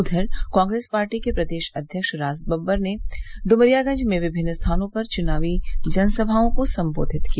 उधर कांग्रेस पार्टी के प्रदेश अध्यक्ष राज बब्बर ने डुमरियागंज में विभिन्न स्थानों पर चुनावी जनसभाओं को संबोधित किया